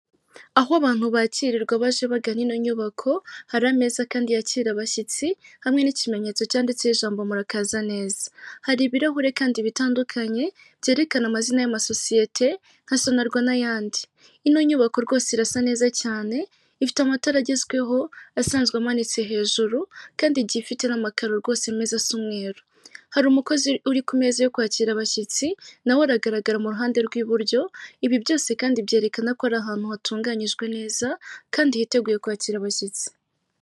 Aho abantu bakirirwa baje bagana ino nyubako hari ameza kandi yakira abashyitsi hamwe n'ikimenyetso cyanditseho ijambo "murakaza neza", hari ibirahure kandi bitandukanye byerekana amazina y'amasosiyete nka SONARWA n'ayandi. Ino nyubako rwose irasa neza cyane ifite amatara agezweho asanzwe amanitse hejuru kandi igiye ifite n'amakaro rwose meza asa umweru, hari umukozi uri ku meza yo kwakira abashyitsi nawe aragaragara mu ruhande rw'iburyo, ibi byose kandi byerekana ko ari ahantu hatunganyijwe neza kandi hiteguye kwakira abashyitsi.